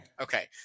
Okay